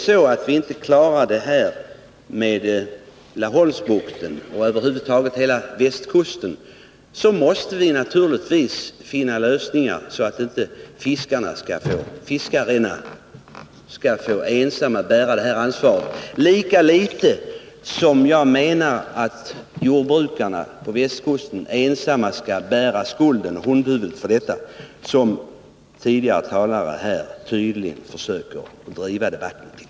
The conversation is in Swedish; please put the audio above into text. Klarar vi inte problemet i Laholmsbukten och utmed västkusten över huvud taget, måste vi naturligtvis finna andra lösningar, så att inte fiskarna ensamma får bära ansvaret. Lika litet bör jordbrukarna på västkusten ensamma vara tvungna att bära hundhuvudet för detta, men tidigare talare i debatten menar tydligen att de skall göra det.